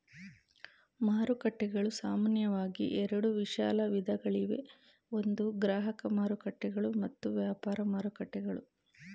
ಮಾರುಕಟ್ಟೆಗಳು ಸಾಮಾನ್ಯವಾಗಿ ಎರಡು ವಿಶಾಲ ವಿಧಗಳಿವೆ ಒಂದು ಗ್ರಾಹಕ ಮಾರುಕಟ್ಟೆಗಳು ಮತ್ತು ವ್ಯಾಪಾರ ಮಾರುಕಟ್ಟೆಗಳು